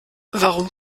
warum